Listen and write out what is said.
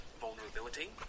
vulnerability